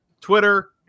twitter